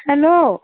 hello